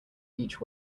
each